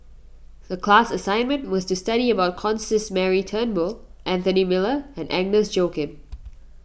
the class assignment was to study about Constance Mary Turnbull Anthony Miller and Agnes Joaquim